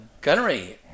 Gunnery